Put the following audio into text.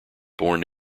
born